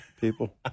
people